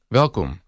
welkom